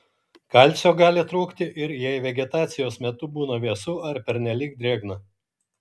kalcio gali trūkti ir jei vegetacijos metu būna vėsu ar pernelyg drėgna